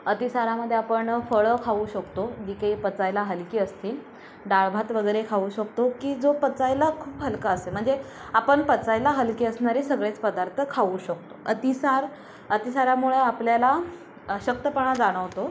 अतिसारामध्ये आपण फळं खाऊ शकतो जी की पचायला हलकी असतील डाळ भात वगैरे खाऊ शकतो की जो पचायला खूप हलका असते म्हणजे आपण पचायला हलकी असणारे सगळेच पदार्थ खाऊ शकतो अतिसार अतिसारामुळे आपल्याला अशक्तपणा जाणवतो